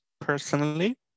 personally